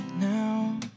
now